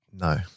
No